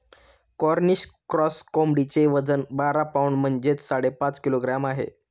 Cornish cross कोंबडीचे वजन बारा पौंड म्हणजेच साडेपाच किलोग्रॅम आहे